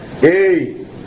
hey